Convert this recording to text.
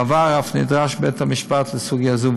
בעבר אף נדרש בית-המשפט לסוגיה זו,